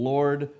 Lord